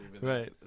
Right